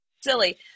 silly